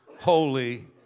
holy